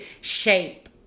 shape